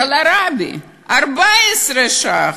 קולרבי, 14 ש"ח.